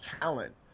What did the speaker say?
talent